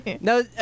No